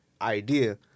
idea